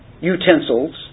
utensils